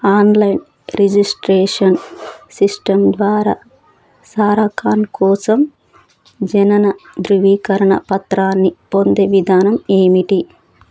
online registration system ద్వారా సారాఖాన్ కోసం జనన ధృవీకరణ పత్రాన్ని పొందే విధానం ఏమిటి